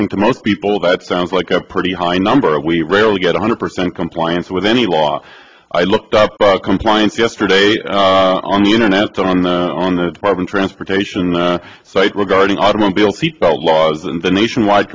think to most people that sounds like a pretty high number we rarely get a hundred percent compliance with any law i looked up compliance yesterday on the internet on the on the department transportation site regarding automobile seatbelt laws and the nationwide